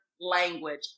language